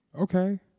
okay